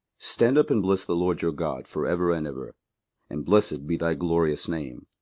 stand up and bless the lord your god for ever and ever and blessed be thy glorious name,